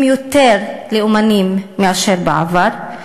הם יותר לאומנים מאשר בעבר.